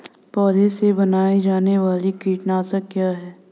पौधों से बनाई जाने वाली कीटनाशक क्या है?